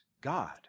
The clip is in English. God